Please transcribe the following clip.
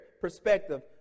perspective